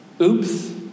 Oops